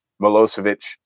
Milosevic